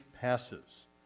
passes